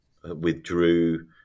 withdrew